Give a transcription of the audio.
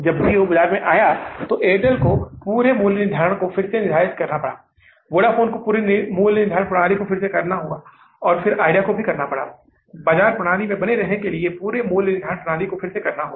जब Jio बाज़ार में आया तो Airtel को पूरे मूल्य प्रणाली को फिर से निर्धारित करना होगा वोडाफोन को पूरे मूल्य निर्धारण प्रणाली को फिर से करना होगा फिर Idea को करना होगा बाज़ार प्रणाली में बने रहने के लिए पूरे मूल्य निर्धारण प्रणाली को फिर से करना होगा